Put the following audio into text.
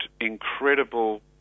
incredible